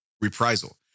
Reprisal